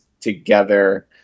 together